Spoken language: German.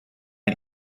ein